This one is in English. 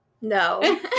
No